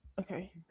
Okay